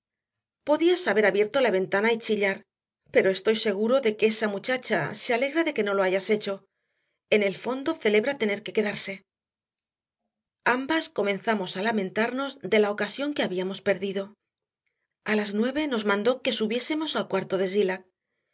podías haber abierto la ventana y chillar pero estoy seguro que esa muchacha se alegra de que no lo hayas hecho en el fondo celebra tener que quedarse ambas comenzamos a lamentarnos de la ocasión que habíamos perdido a las nueve nos mandó que subiésemos al cuarto de zillah